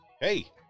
hey